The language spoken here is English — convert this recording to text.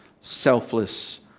selfless